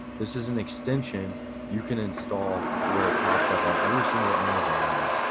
this is an extension you can install to where it pops up on every single amazon item.